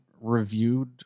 reviewed